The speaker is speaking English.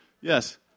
Yes